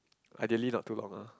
ideally not too long lah